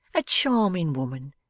a charming woman.